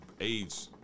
age